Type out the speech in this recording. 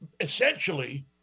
Essentially